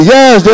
Yes